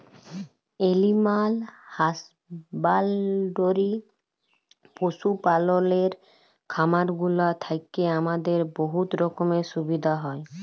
animal husbandry পশু পাললের খামারগুলা থ্যাইকে আমাদের বহুত রকমের সুবিধা হ্যয়